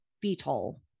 Beetle